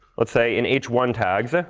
let's say, in h one tags,